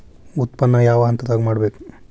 ಉತ್ಪನ್ನ ಯಾವ ಹಂತದಾಗ ಮಾಡ್ಬೇಕ್?